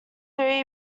three